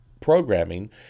programming